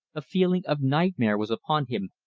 a feeling of nightmare was upon him,